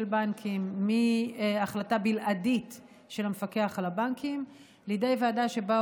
בנקים מהחלטה בלעדית של המפקח על הבנקים לידי ועדה שבה,